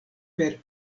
per